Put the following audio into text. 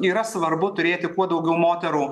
yra svarbu turėti kuo daugiau moterų